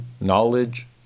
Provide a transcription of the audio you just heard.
knowledge